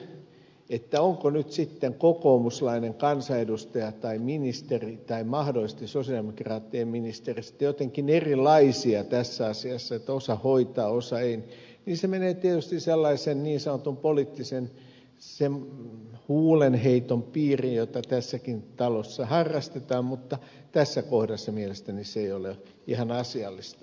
sitten se ovatko nyt sitten kokoomuslainen kansanedustaja tai ministeri ja mahdollisesti sosialidemokraattinen ministeri jotenkin erilaisia tässä asiassa että osa hoitaa osa ei menee tietysti sellaisen niin sanotun poliittisen huulenheiton piiriin jota tässäkin talossa harrastetaan mutta tässä kohdassa mielestäni se ei ole ihan asiallista